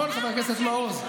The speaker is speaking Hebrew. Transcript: נכון, חבר הכנסת מעוז?